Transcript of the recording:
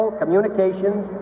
communications